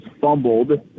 fumbled